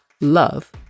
love